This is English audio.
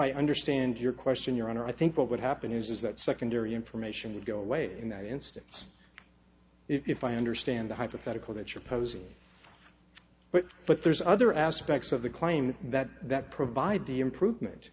i understand your question your honor i think what would happen is that secondary information would go away in that instance if i understand the hypothetical that you're posing but but there's other aspects of the claim that that provide the improvement